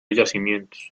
yacimientos